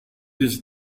this